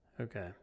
Okay